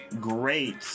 great